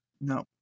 No